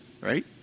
Right